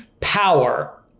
power